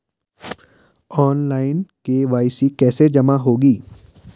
Online KYC कैसे जमा होगी?